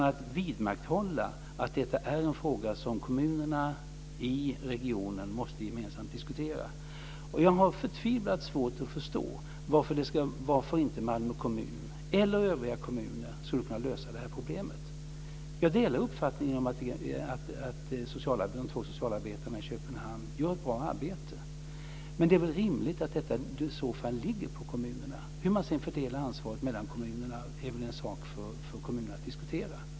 Vi vidmakthåller att det är en fråga som kommunerna i regionen måste diskutera gemensamt. Jag har förtvivlat svårt att förstå varför inte Malmö kommun eller övriga kommuner skulle kunna lösa problemet. Jag delar uppfattningen att de två socialarbetarna i Köpenhamn gör ett bra arbete. Men det är rimligt att det i så fall ligger på kommunerna. Hur man sedan fördelar ansvaret mellan kommunerna är en sak för dem att diskutera.